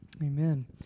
Amen